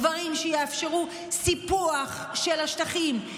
דברים שיאפשרו סיפוח של השטחים,